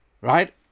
right